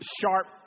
sharp